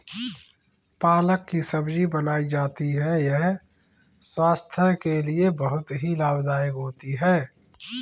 पालक की सब्जी बनाई जाती है यह स्वास्थ्य के लिए बहुत ही लाभदायक होती है